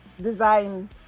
design